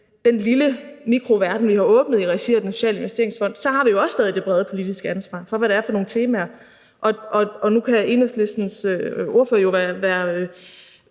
den lille mikroverden, vi har åbnet i regi af Den Sociale Investeringsfond, så har vi jo også stadig det brede politiske ansvar for, hvad det er for nogle temaer, der er. Og nu kan Enhedslistens ordfører jo ikke